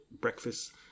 breakfast